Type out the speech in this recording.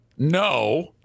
No